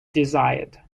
desired